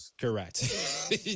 Correct